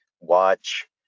watch